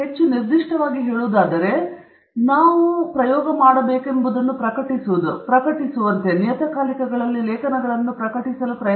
ಹೆಚ್ಚು ನಿರ್ದಿಷ್ಟವಾಗಿ ಹೇಳುವುದಾದರೆ ನಾವು ಏನು ಮಾಡಬೇಕೆಂಬುದನ್ನು ಪ್ರಕಟಿಸುವುದು ಪ್ರಕಟಿಸುವಂತೆ ನಿಯತಕಾಲಿಕಗಳಲ್ಲಿ ಲೇಖನಗಳನ್ನು ಪ್ರಕಟಿಸಿ ಸರಿ